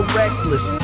reckless